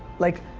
like,